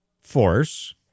force